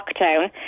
lockdown